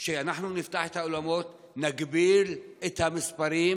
שאנחנו נפתח את האולמות, נגביל את המספרים,